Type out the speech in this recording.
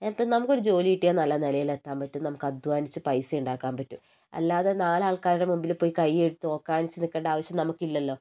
ഇപ്പം നമുക്കൊരു ജോലി കിട്ടിയാൽ നല്ല നിലയിലെത്താൻ പറ്റും നമുക്ക് അധ്വാനിച്ച് പൈസ ഉണ്ടാക്കാൻ പറ്റും അല്ലാതെ നാലാൾക്കാരുടെ മുൻപിൽ പോയി കയ്യെടുത്തു ഓക്കാനിച്ചു നിൽക്കേണ്ട ആവശ്യം നമുക്കില്ലല്ലോ